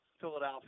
Philadelphia